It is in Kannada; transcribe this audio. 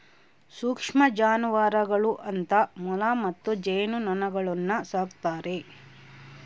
ಸೂಕ್ಷ್ಮ ಜಾನುವಾರುಗಳು ಅಂತ ಮೊಲ ಮತ್ತು ಜೇನುನೊಣಗುಳ್ನ ಸಾಕ್ತಾರೆ